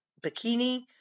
bikini